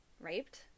raped